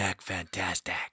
fantastic